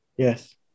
Yes